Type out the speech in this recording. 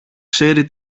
ξέρει